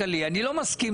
אני רוצה שזה לא ייפגע.